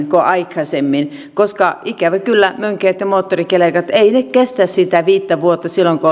kuin aikaisemmin koska ikävä kyllä mönkijät ja moottorikelkat eivät kestä sitä viittä vuotta silloin kun